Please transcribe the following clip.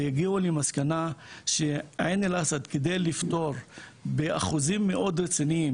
והגיעו למסקנה שעל מנת לפתור באחוזים מאוד רציניים,